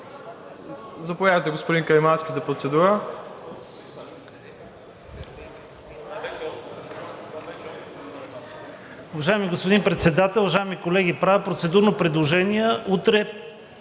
Заповядайте, господин Каримански, за процедура.